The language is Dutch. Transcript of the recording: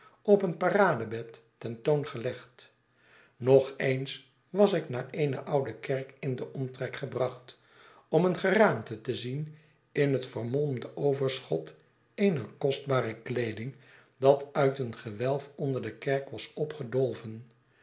op een paradebed ten toon gelegd nog eens was ik naar eene oude kerk in den omtrek gebracht om een geraamte te zien in het vermolmde overschot eener kostbare kleeding dat uit een gewelf onder de kerk was